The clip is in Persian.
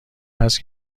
هست